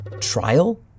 Trial